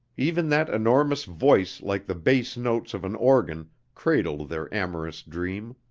even that enormous voice like the bass notes of an organ cradled their amorous dream.